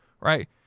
right